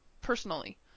personally